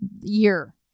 year